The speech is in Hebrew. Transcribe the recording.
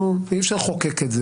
אי אפשר לחוקק את זה.